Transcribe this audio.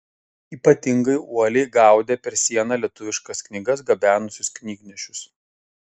ypatingai uoliai gaudė per sieną lietuviškas knygas gabenusius knygnešius